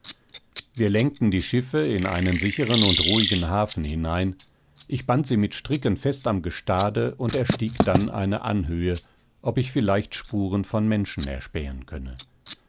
wir lenkten die schiffe in einen sicheren und ruhigen hafen hinein ich band sie mit stricken fest am gestade und erstieg dann eine anhöhe ob ich vielleicht spuren von menschen erspähen könne